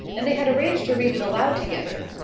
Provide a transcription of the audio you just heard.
and they had arranged to read it aloud together.